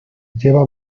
lleva